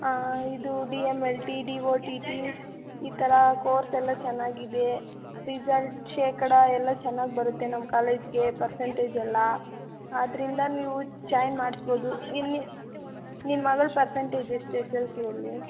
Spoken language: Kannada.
ಹಾಂ ಇದು D M L T D O T T ಈ ಥರ ಕೋರ್ಸ್ ಎಲ್ಲ ಚೆನ್ನಾಗಿದೆ ರಿಸಲ್ಟ್ ಶೇಕಡಾ ಎಲ್ಲ ಚೆನ್ನಾಗಿ ಬರುತ್ತೆ ನಮ್ಮ ಕಾಲೇಜ್ಗೆ ಪರ್ಸಂಟೇಜ್ ಎಲ್ಲ ಆದ್ದರಿಂದ ನೀವು ಜಾಯಿನ್ ಮಾಡಿಸ್ಬೋದು ನಿಮ್ಮ ಮಗಳ ಪರ್ಸಂಟೇಜ್ ಎಷ್ಟು ಎಸ್ ಎಸ್ ಎಲ್ ಸಿಯಲ್ಲಿ